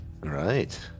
Right